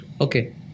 Okay